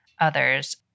others